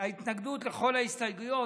והתנגדות לכל ההסתייגויות.